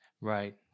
Right